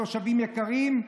תושבים יקרים,